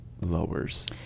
lowers